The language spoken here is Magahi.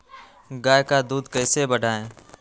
गाय का दूध कैसे बढ़ाये?